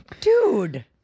Dude